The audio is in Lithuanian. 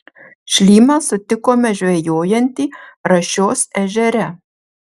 šlymą sutikome žvejojantį rašios ežere